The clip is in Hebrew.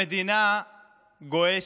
המדינה גועשת,